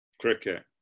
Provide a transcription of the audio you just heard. Cricket